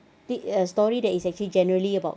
pick a story that is actually generally about